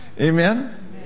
Amen